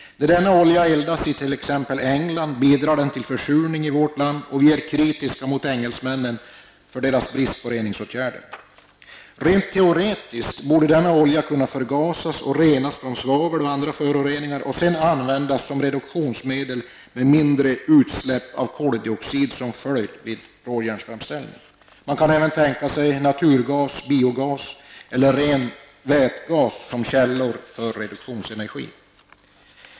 När denna olja eldas i t.ex. England bidrar den till försurningen i vårt land och vi är kritiska mot engelsmännens brist på reningsåtgärder. Rent teoretiskt borde denna olja kunna förgasas och renas från svavel och andra föroreningar för att sedan användas som reduktionsmedel med mindre utsläpp av koldioxid vid råjärnsframställningen som följd. Man kan även tänka sig naturgas, biogas eller ren vätgas som källor för reduktionsenergi.